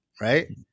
right